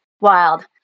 wild